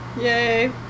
Yay